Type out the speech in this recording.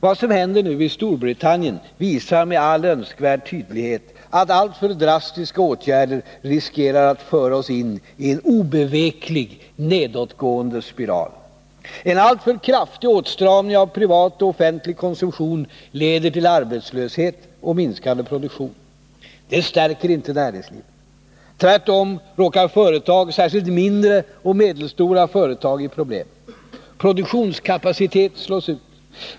Vad som nu händer i Storbritannien visar med all önskvärd tydlighet att alltför drastiska åtgärder riskerar att föra oss in i en obeveklig nedåtgående spiral. En alltför kraftig åtstramning av privat och offentlig konsumtion leder till arbetslöshet och minskande produktion. Detta stärker inte näringslivet. Tvärtom råkar företag, särskilt mindre och medelstora företag, i problem. Produktionskapacitet slås ut.